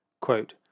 Quote